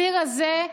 הציר הזה,